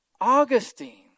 Augustine